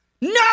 No